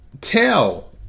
tell